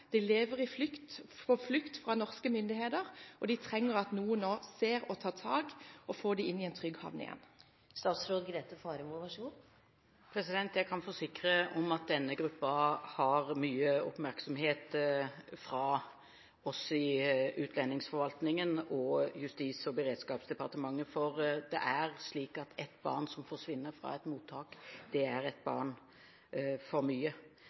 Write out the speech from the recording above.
de er på flukt fra norske myndigheter, og de trenger at noen nå ser, tar tak og får dem inn i en trygg havn igjen. Jeg kan forsikre om at denne gruppen får mye oppmerksomhet fra oss i utlendingsforvaltningen og Justis- og beredskapsdepartementet. Ett barn som forsvinner fra et mottak, er ett barn for mye. Det er rutiner for hvordan mottak og Utlendingsdirektoratet skal følge opp dette, og derfor for